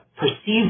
perceived